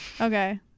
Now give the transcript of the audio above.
okay